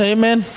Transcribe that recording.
Amen